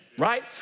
Right